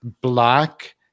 black